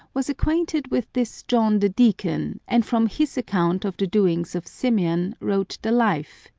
was acquainted with this john the deacon, and from his account of the doings of symeon wrote the life,